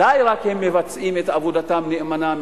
מתי הם מבצעים את עבודתם נאמנה,